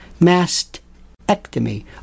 mastectomy